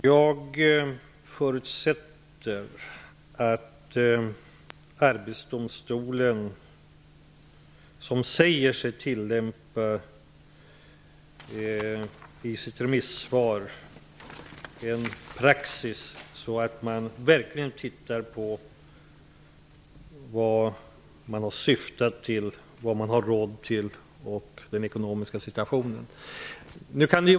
Herr talman! Arbetsdomstolen säger sig i sitt remissvar tillämpa en praxis där man verkligen tittar på vad företaget har syftat till, vad det har råd med och den ekonomiska situationen.